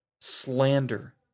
slander